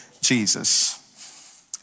Jesus